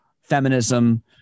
feminism